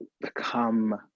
become